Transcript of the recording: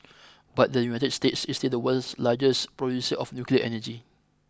but the United States is still the world's largest producer of nuclear energy